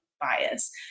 bias